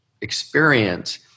experience